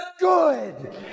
good